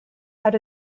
out